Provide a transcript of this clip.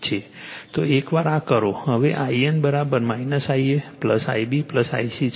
તો એકવાર આ કરો હવે I n Ia Ib Ic છે